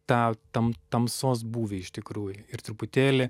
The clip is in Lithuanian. tą tam tamsos būvį iš tikrųjų ir truputėlį